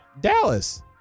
dallas